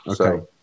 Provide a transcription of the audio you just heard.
Okay